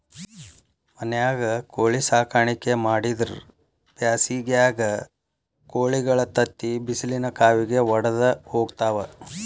ಮನ್ಯಾಗ ಕೋಳಿ ಸಾಕಾಣಿಕೆ ಮಾಡಿದ್ರ್ ಬ್ಯಾಸಿಗ್ಯಾಗ ಕೋಳಿಗಳ ತತ್ತಿ ಬಿಸಿಲಿನ ಕಾವಿಗೆ ವಡದ ಹೋಗ್ತಾವ